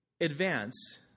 advance